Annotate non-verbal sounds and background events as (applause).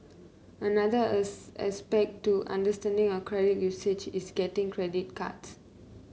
another (unintelligible) aspect to understanding your credit usage is getting credit cards